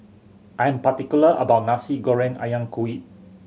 I am particular about my Nasi Goreng Ayam Kunyit